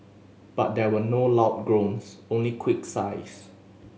but there were no loud groans only quick sighs